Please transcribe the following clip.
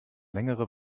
längere